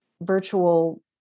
virtual